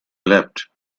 leapt